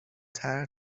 طرح